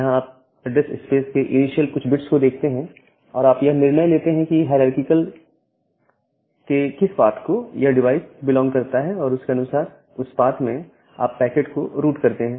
यहां आप address space के इनिशियल कुछ बिट्स को देखते हैं और आप यह निर्णय लेते हैं कि हायरारकी के किस पाथ को यह डिवाइस बिलॉन्ग करता है और उसके अनुसार उस पाथ में आप पैकेट को रूट करते हैं